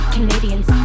Canadians